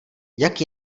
jak